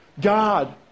God